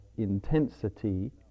intensity